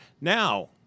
Now